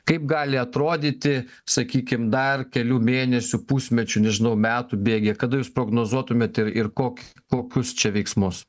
kaip gali atrodyti sakykim dar kelių mėnesių pusmečio nežinau metų bėgyje kada jūs prognozuotumėt ir ir kok kokius čia veiksmus